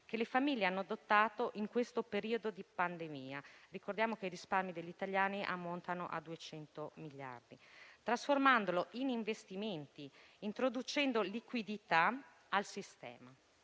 che le famiglie hanno adottato in questo periodo di pandemia - ricordiamo che i risparmi degli italiani ammontano a 200 miliardi - trasformandoli in investimenti e introducendo liquidità nel sistema.